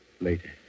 Later